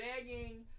begging